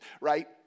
right